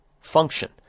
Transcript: function